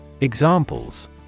Examples